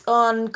on